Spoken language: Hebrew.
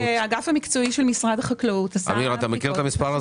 האגף המקצועי במשרד החקלאות עשה בחינה.